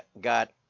got